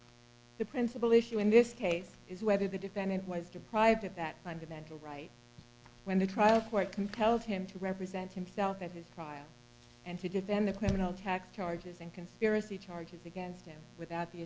closer the principle issue in this case is whether the defendant was deprived of that fundamental right when the trial court compelled him to represent himself at his trial and to defend the criminal tax charges and conspiracy charges against him without the